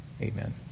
amen